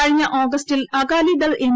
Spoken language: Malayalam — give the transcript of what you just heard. കഴിഞ്ഞ ആഗസ്റ്റിൽ അകാലിദൾ എം